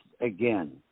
again